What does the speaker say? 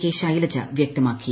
K Shailaja വ്യക്തമാക്കി